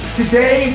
today